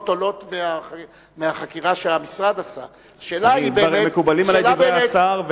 עולות מהחקירה שהמשרד עשה מקובלים עלי דברי השר,